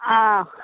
آ